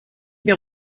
mir